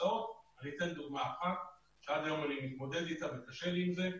הכיסאות ואתן דוגמה אחת שעד היום אני מתמודד אתה וקשה לי עם זה,